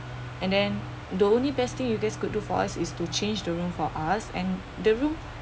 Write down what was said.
and then the only best thing you guys could do for us is to change the room for us and the room